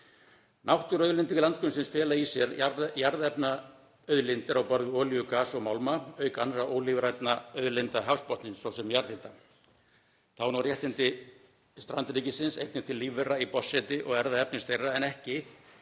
Náttúruauðlindir landgrunnsins fela í sér jarðefnaauðlindir á borð við olíu, gas og málma, auk annarra ólífrænna auðlinda hafsbotnsins, svo sem jarðhita. Þá ná réttindi strandríkisins einnig til lífvera í botnseti og erfðaefnis þeirra en ekki